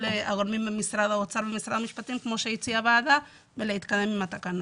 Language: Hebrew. הגורמים במשרד האוצר ובמשרד המשפטים כמו שהציעה הוועדה ולהתקדם עם התקנות.